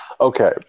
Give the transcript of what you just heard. okay